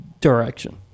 direction